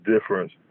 difference